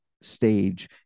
stage